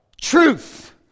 Truth